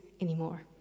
anymore